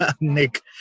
Nick